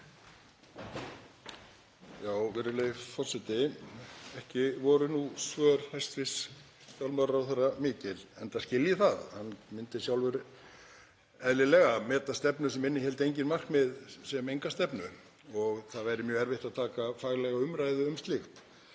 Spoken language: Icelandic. Virðulegi forseti. Ekki voru nú svör hæstv. fjármálaráðherra mikil enda skil ég það, hann myndi sjálfur eðlilega meta stefnu sem innihéldi engin markmið sem enga stefnu og það væri mjög erfitt að taka faglega umræðu um slíkt.